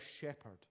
shepherd